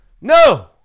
no